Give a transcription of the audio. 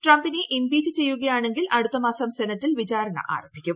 ട്രംപിനെ ഇംപീച്ച് ചെയ്യുകയാണെങ്കിൽ അടുത്ത മാസം സെനറ്റിൽ വിചാരണ ആരംഭിക്കും